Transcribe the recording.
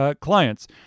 Clients